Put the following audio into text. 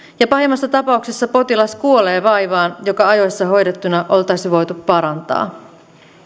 ja pahimmassa tapauksessa potilas kuolee vaivaan joka ajoissa hoidettuna oltaisi voitu parantaa